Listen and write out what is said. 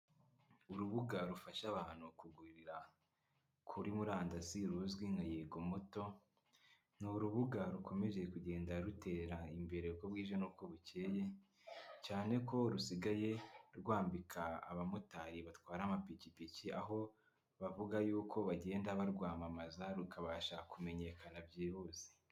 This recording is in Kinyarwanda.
Urubuga rufasha abantu kugurira kuri murandasi ruzwi nka higo moto. Ni urubuga rukomeje kugenda rutera imbere uko bwije n'uko bukeye cyane ko rusigaye rwambika abamotari batwara amapikipiki aho bavuga yuko bagenda barwamamaza rukabasha kumenyekana byihuse.